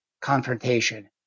confrontation